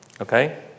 Okay